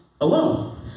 alone